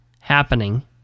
happening